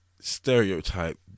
stereotype